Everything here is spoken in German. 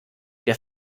der